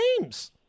games